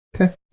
Okay